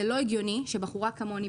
לא הגיוני שבחורה כמוני,